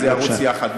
שזה ירוץ יחד,